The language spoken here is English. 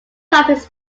topics